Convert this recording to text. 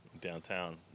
downtown